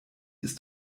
ist